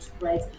right